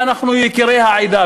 ואנחנו יקירי העדה,